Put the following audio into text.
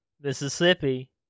Mississippi